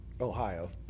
Ohio